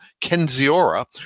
Kenziora